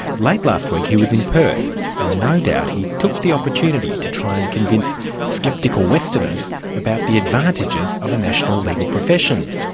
late last week he was in perth and no doubt he took the opportunity to try and convince sceptical westerners about the advantages of a national legal profession.